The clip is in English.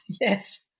yes